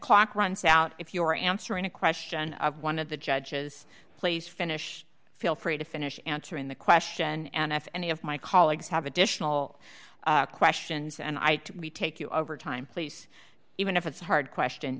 clock runs out if you're answering a question of one of the judges please finish feel free to finish answering the question and if any of my colleagues have additional questions and i take you over time please even if it's a hard question